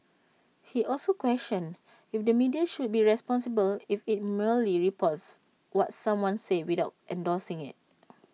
he also questioned if the media should be responsible if IT merely reports what someone says without endorsing IT